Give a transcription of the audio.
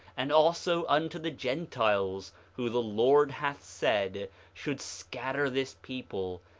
and also unto the gentiles, who the lord hath said should scatter this people,